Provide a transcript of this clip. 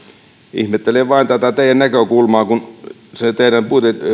ihmettelen vain tätä teidän näkökulmaanne se teidän